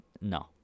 no